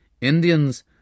Indians